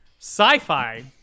Sci-fi